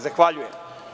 Zahvaljujem.